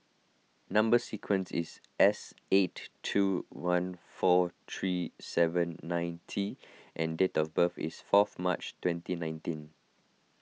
Number Sequence is S eight two one four three seven nine T and date of birth is fourth March twenty nineteen